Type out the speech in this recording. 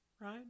right